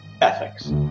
ethics